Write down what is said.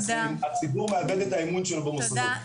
הציבור מאבד את האמון שלו במוסדות.